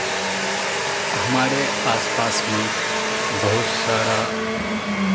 हमारे आसपास में बहुत सारा